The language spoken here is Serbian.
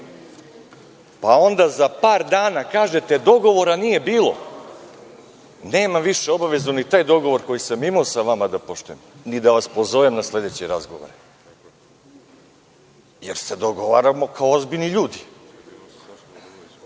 pa onda za par dana kažete – dogovora nije bilo, nemam više obavezu ni taj dogovor koji sam imao sa vama da poštujem, ni da vas pozovem na sledeće razgovore, jer se dogovaramo kao ozbiljni ljudi.